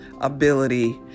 ability